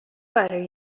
برای